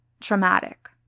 traumatic